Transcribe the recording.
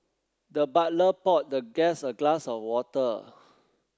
the butler poured the guest a glass of water